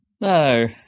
No